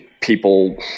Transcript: people